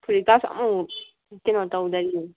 ꯐꯨꯔꯤꯠꯀꯥꯁꯨ ꯑꯃꯐꯧ ꯀꯩꯅꯣ ꯇꯧꯗꯔꯤꯌꯦ